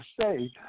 say